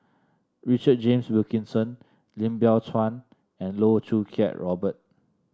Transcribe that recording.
Richard James Wilkinson Lim Biow Chuan and Loh Choo Kiat Robert